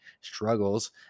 struggles